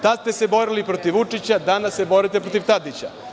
Tada ste se borili protiv Vučića, danas se borite protiv Tadića.